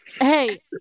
hey